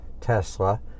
Tesla